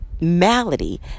malady